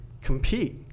compete